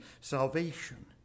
salvation